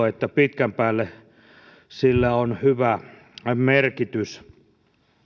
että pitkän päälle sillä on hyvä merkitys